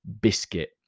biscuit